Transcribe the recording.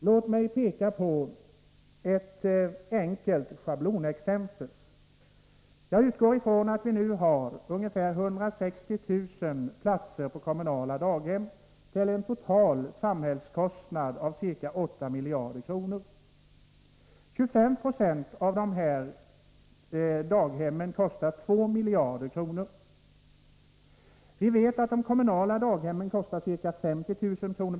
Låt mig peka på ett enkelt schablonexempel. Jag utgår från att vi nu har ungefär 160 000 platser på kommunala daghem till en total samhällskostnad av ca 8 miljarder. 25 20 av de kommunala daghemmen kostar 2 miljarder kronor. Vi vet att de kommunala daghemmen kostar ca 50 000 kr.